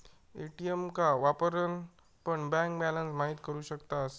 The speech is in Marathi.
ए.टी.एम का वापरान पण बँक बॅलंस महिती करू शकतास